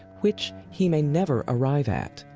which he may never arrive at,